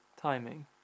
timing